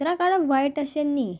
चित्रां काडप वायट अशें न्ही